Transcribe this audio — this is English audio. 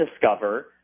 discover